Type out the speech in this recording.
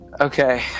Okay